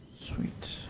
Sweet